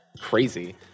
crazy